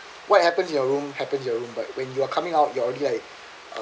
what happens in your room happens in your room but when you're coming out you already like uh